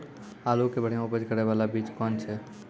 आलू के बढ़िया उपज करे बाला बीज कौन छ?